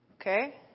okay